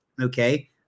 Okay